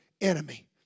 enemy